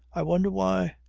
i wonder why?